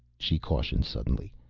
she cautioned suddenly.